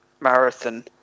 marathon